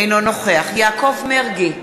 אינו נוכח יעקב מרגי,